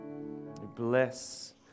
bless